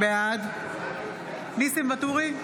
בעד ניסים ואטורי,